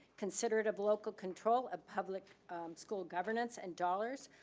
considerate of local control of public school governance and dollars,